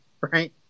right